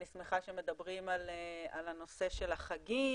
אני שמחה שמדברים על הנושא של החגים